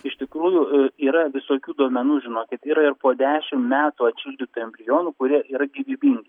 iš tikrųjų yra visokių duomenų žinokit yra ir po dešim metų atšildytų embrionų kurie yra gyvybingi